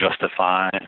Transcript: justify